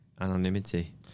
anonymity